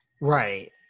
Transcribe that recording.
Right